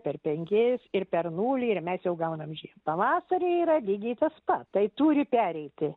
per penkis ir per nulį ir mes jau gaunam žiemą pavasarį yra lygiai tas pat tai turi pereiti